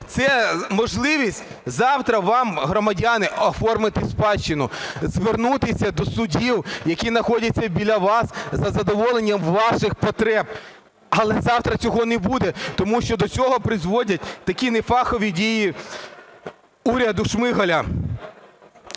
Це можливість завтра вам, громадяни, оформити спадщину, звернутися до судів, які знаходяться біля вас, за задоволенням ваших потреб. Але завтра цього не буде, тому що до цього призводять такі нефахові дії уряду Шмигаля.